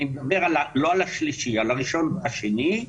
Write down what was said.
אני מדבר על הראשון והשני,